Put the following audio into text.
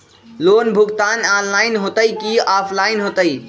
Loan भुगतान online होतई कि ऑफलाइन होतई?